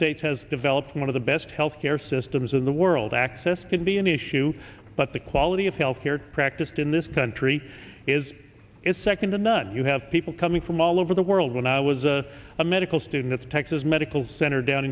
states has developed one of the best health care systems in the world access can be an issue but the quality of healthcare practiced in this country is is second to none you have people coming from all over the world when i was a medical student at the texas medical center down